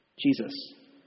Jesus